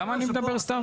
למה מדבר סתם?